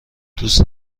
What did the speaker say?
دوست